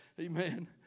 Amen